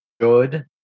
Good